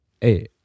Hey